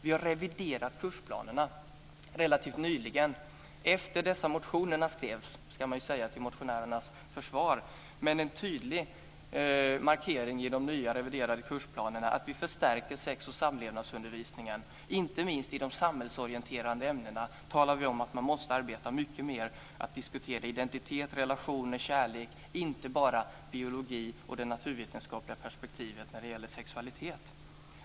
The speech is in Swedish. Vi har reviderat kursplanerna relativt nyligen - efter det att motionerna skrevs, ska sägas till motionärernas försvar - med en tydlig markering i de nya reviderade kursplanerna att vi förstärker sex och samlevnadsundervisningen. Inte minst i de samhällsorienterande ämnena talar vi om att man måste arbeta mycket mer med att diskutera identitet, relationer, kärlek och inte bara biologi och det naturvetenskapliga perspektivet när det gäller sexualitet.